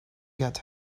get